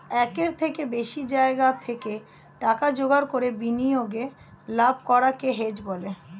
একের থেকে বেশি জায়গা থেকে টাকা জোগাড় করে বিনিয়োগে লাভ করাকে হেজ বলে